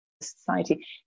Society